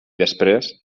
després